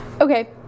Okay